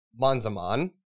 Manzaman